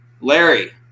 Larry